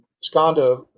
skanda